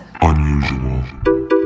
unusual